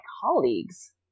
colleagues